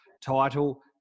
title